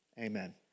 Amen